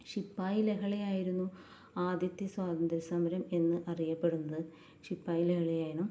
ശിപ്പായി ലഹളയായിരുന്നു ആദ്യത്തെ സ്വാതന്ത്ര്യ സമരം എന്ന് അറിയപ്പെടുന്നത് ശിപ്പായിലഹളയാണ്